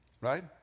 right